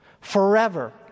forever